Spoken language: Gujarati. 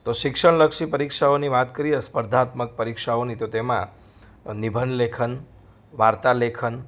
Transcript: તો શિક્ષણલક્ષી પરીક્ષાઓની વાત કરીએ તો સ્પર્ધાત્મક પરીક્ષાઓની તો તેમાં નિબંધ લેખન વાર્તા લેખન